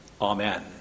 Amen